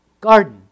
Garden